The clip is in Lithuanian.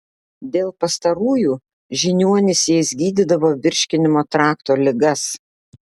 dėl pastarųjų žiniuonys jais gydydavo virškinimo trakto ligas